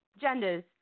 genders